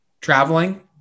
traveling